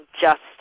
justice